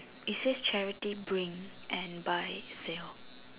it says charity bring and buy sale